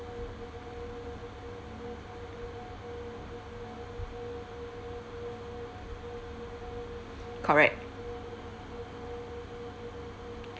correct